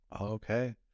okay